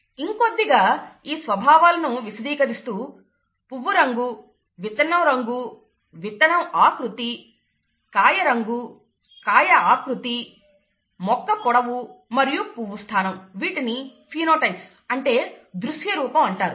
ఇంకొద్దిగా ఈ స్వభావాలను విశదీకరిస్తూ పువ్వు రంగు విత్తనం రంగు విత్తనం ఆకృతి కాయ రంగు కాయ ఆకృతి మొక్క పొడవు మరియు పువ్వు స్థానం వీటిని ఫినోటైప్స్ అంటే దృశ్యరూపం అంటారు